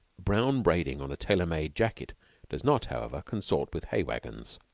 brown braiding on a tailor-made jacket does not, however, consort with hay-wagons.